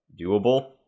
doable